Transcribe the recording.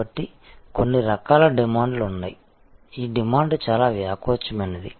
కాబట్టి కొన్ని రకాల డిమాండ్లు ఉన్నాయి ఈ డిమాండ్ చాలా వ్యాకోచమైనది